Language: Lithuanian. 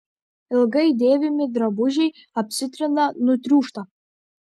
ilgai dėvimi drabužiai apsitrina nutriūšta